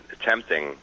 attempting